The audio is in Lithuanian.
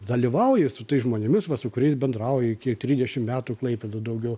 dalyvauju su tais žmonėmis vat su kuriais bendrauju iki trisdešim metų klaipėdoj daugiau